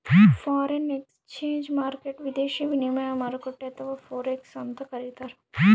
foreign exchange ಮಾರ್ಕೆಟ್ಗ್ ವಿದೇಶಿ ವಿನಿಮಯ ಮಾರುಕಟ್ಟೆ ಅಥವಾ ಫೋರೆಕ್ಸ್ ಅಂತ್ ಕರಿತಾರ್